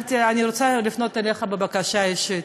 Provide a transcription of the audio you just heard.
אני רוצה לפנות אליך בבקשה אישית.